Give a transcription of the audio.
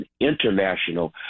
international